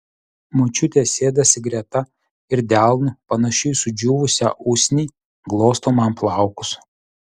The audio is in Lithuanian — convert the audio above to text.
močiutė sėdasi greta ir delnu panašiu į sudžiūvusią usnį glosto man plaukus